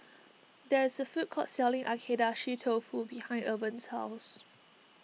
there is a food court selling Agedashi Dofu behind Irven's house